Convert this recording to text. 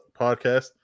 podcast